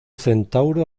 centauro